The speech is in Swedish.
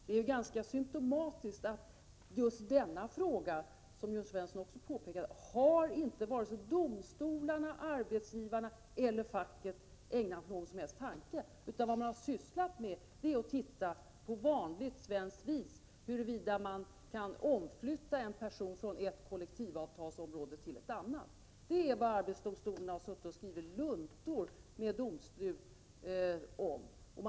Det är ganska symptomatiskt att just denna fråga — som Jörn Svensson också påpekade — har inte vare sig domstolarna, arbetsgivarna eller facket ägnat någon tanke, utan vad man har sysslat med är att på vanligt svenskt vis undersöka huruvida man kan omflytta en person från ett kollektivavtalsområde till ett annat. Det är vad arbetsdomstolen har suttit och skrivit luntor med domslut om.